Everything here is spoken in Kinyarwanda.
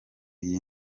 iyi